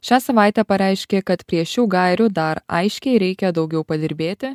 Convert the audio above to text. šią savaitę pareiškė kad prie šių gairių dar aiškiai reikia daugiau padirbėti